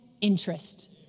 interest